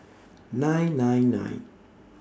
nine nine nine